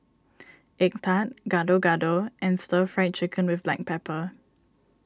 Egg Tart Gado Gado and Stir Fried Chicken with Black Pepper